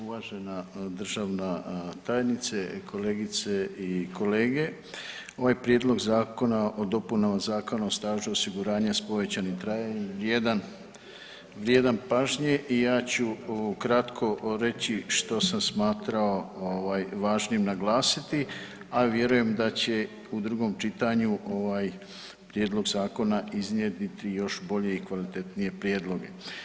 Uvažena državna tajnice, kolegice i kolege, ovaj Prijedlog Zakona o dopunama Zakona o stažu osiguranja s povećanim trajanjem je vrijedan, vrijedan pažnje i ja ću ukratko reći što sam smatrao ovaj važnim naglasiti, a vjerujem da će u drugom čitanju ovaj prijedlog zakona iznjedriti još bolje i kvalitetnije prijedloge.